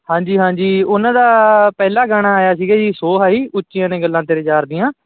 ਹਾਂਜੀ ਹਾਂਜੀ ਉਹਨਾਂ ਦਾ ਪਹਿਲਾ ਗਾਣਾ ਆਇਆ ਸੀਗਾ ਜੀ ਸੋ ਹਾਈ ਉੱਚੀਆਂ ਨੇ ਗੱਲਾਂ ਤੇਰੇ ਯਾਰ ਦੀਆਂ